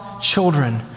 children